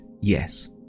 yes